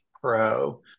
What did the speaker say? pro